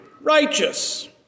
righteous